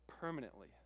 permanently